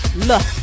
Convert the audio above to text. Look